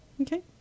Okay